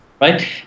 Right